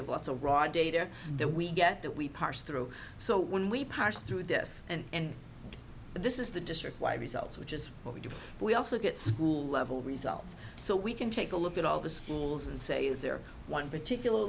have lots of raw data that we get that we parse through so when we parse through this and this is the district wide results which is what we do we also get school level results so we can take a look at all the schools and say is there one particular